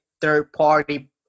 third-party